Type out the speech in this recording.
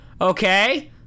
Okay